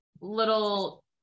little